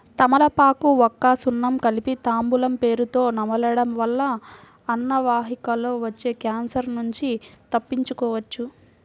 తమలపాకు, వక్క, సున్నం కలిపి తాంబూలం పేరుతొ నమలడం వల్ల అన్నవాహికలో వచ్చే క్యాన్సర్ నుంచి తప్పించుకోవచ్చు